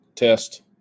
Test